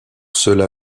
cela